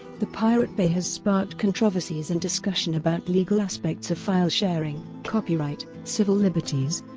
the pirate bay has sparked controversies and discussion about legal aspects of file sharing, copyright, civil liberties